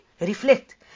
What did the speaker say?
reflect